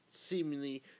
seemingly